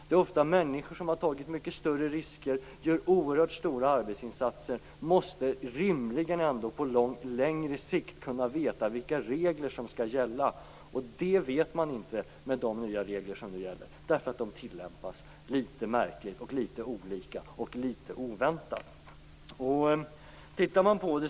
Det handlar ofta om människor som har tagit mycket större risker och som gör oerhört stora arbetsinsatser. De måste rimligen på längre sikt kunna veta vilka regler som skall gälla. Det vet de inte med de nya regler som nu gäller, eftersom de tillämpas litet märkligt, litet olika och litet oväntat.